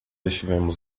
estivemos